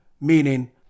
meaning